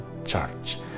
Church